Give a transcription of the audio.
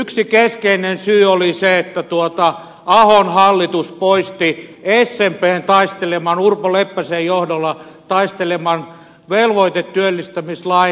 yksi keskeinen syy oli se että ahon hallitus poisti smpn taisteleman urpo leppäsen johdolla taisteleman velvoitetyöllistämislain